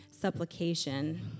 Supplication